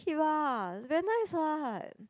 keep lah very nice what